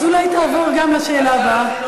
אז אולי תעבור גם לשאלה הבאה?